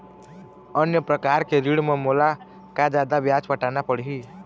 अन्य प्रकार के ऋण म मोला का जादा ब्याज पटाना पड़ही?